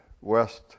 West